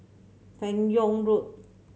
Fan Yoong Road